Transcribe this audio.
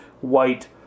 white